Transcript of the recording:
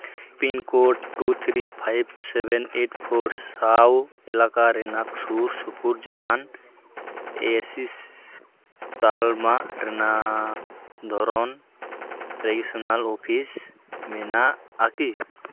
pincode two three five seven eight four ᱥᱟᱶ ᱮᱞᱟᱠᱟ ᱨᱮᱱᱟᱜ ᱥᱩᱨᱼᱥᱩᱯᱩᱨ ᱡᱟᱦᱟᱱ ᱮᱥᱤᱥ ᱛᱟᱞᱢᱟ ᱨᱮᱱᱟᱜ ᱫᱷᱚᱨᱚᱱ ᱨᱮᱡᱤᱥᱳᱱᱟᱞ ᱚᱯᱷᱤᱥ ᱢᱮᱱᱟᱜᱼᱟ ᱠᱤ